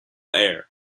air